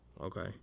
Okay